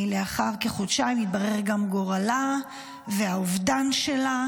לאחר כחודשיים התברר גם גורלה והאובדן שלה,